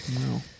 No